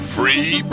Free